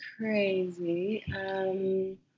crazy